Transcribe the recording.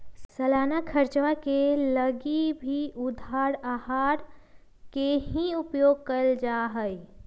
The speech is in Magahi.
सालाना खर्चवा के लगी भी उधार आहर के ही उपयोग कइल जाहई